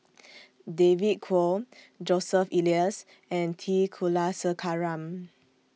David Kwo Joseph Elias and T Kulasekaram